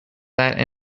that